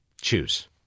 choose